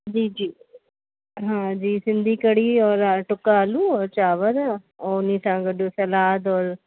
जी जी हा जी सिंधी कढ़ी और टुक आलू और चांवर और उन सां गॾ सलाद और